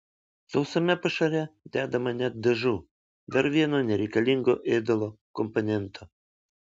sausame pašare dedama net dažų dar vieno nereikalingo ėdalo komponento